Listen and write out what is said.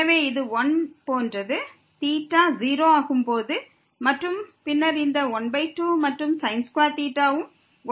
எனவே இது 1 போன்றது θ 0 ஆகும் போது மற்றும் பின்னர் இந்த 12 மற்றும் ம் 1 ஆகும்